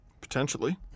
potentially